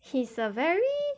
he's a very